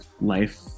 life